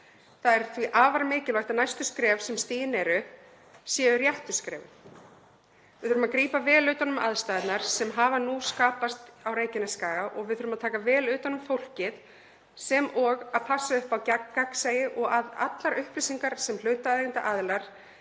Það er því afar mikilvægt að næstu skref sem stigin eru séu réttu skrefin. Við þurfum að grípa vel utan um aðstæðurnar sem hafa nú skapast á Reykjanesskaga og við þurfum að taka vel utan um fólkið sem og að passa upp á gagnsæi og að allar upplýsingar sem hlutaðeigandi aðilar